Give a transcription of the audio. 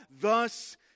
thus